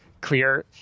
clear